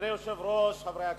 אדוני היושב-ראש, חברי הכנסת,